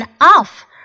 Off